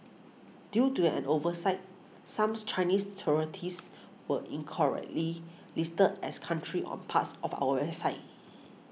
due to an oversight some Chinese territories were incorrectly listed as countries on parts of our website